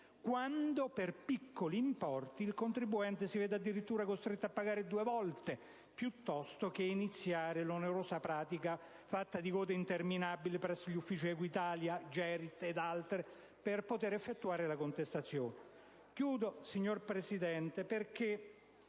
quando per piccoli importi il contribuente si vede addirittura costretto a pagare due volte, piuttosto che iniziare l'onerosa pratica fatta di code interminabili presso gli uffici di Equitalia, Gerit e altre società per poter effettuare la contestazione. Ringrazio dell'attenzione